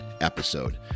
episode